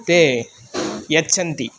ते यच्छन्ति